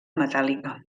metàl·lica